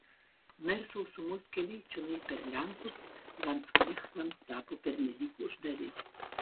na ir sausumos keliai čionai per lenkus landsknechtams tapo pernelyg uždari